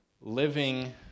living